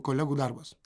kolegų darbas taip